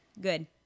Good